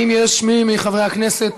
האם יש מי מחברי הכנסת